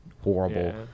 horrible